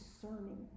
discerning